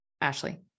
Ashley